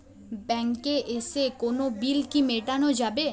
ব্যাংকে এসে কোনো বিল কি মেটানো যাবে?